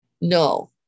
No